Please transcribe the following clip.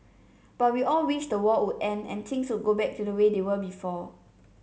but we all wished the war would end and things would go back to the way they were before